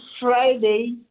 Friday